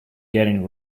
getting